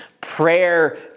prayer